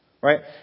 right